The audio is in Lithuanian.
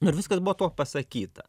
nu ir viskas buo tuo pasakyta